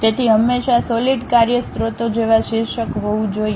તેથી હંમેશાં સોલિડ કાર્ય સ્રોતો જેવા શીર્ષક હોવું જોઈએ